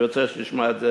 אני רוצה שתשמע את זה,